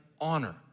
honor